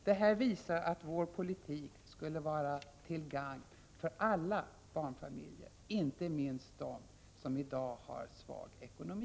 Detta visar att vår politik skulle vara till gagn för alla barnfamiljer, inte minst för dem som i dag har svag ekonomi.